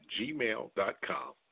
gmail.com